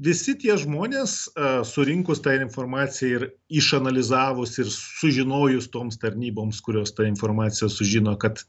visi tie žmonės surinkus tą informaciją ir išanalizavus ir sužinojus toms tarnyboms kurios tą informaciją sužino kad